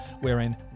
wherein